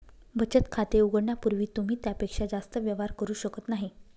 बचत खाते उघडण्यापूर्वी तुम्ही त्यापेक्षा जास्त व्यवहार करू शकत नाही